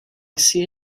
see